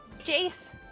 Jace